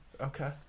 Okay